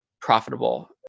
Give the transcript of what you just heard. profitable